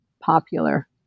popular